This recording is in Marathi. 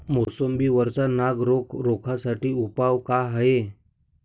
मोसंबी वरचा नाग रोग रोखा साठी उपाव का हाये?